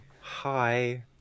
hi